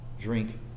drink